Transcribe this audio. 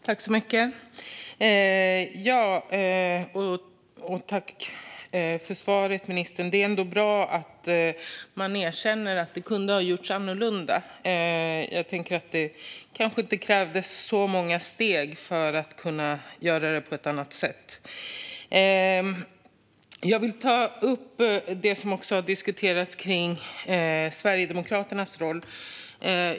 Herr talman! Tack för svaret, ministern! Det är ändå bra att man erkänner att det kunde ha gjorts annorlunda. Jag tänker att det kanske inte hade krävts så många steg för att göra det på ett annat sätt. Jag vill ta upp det som också har diskuterats kring Sverigedemokraternas roll.